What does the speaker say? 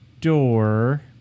door